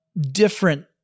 different